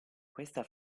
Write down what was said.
questa